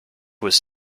was